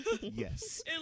Yes